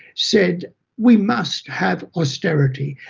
said we must have austerity,